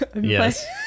yes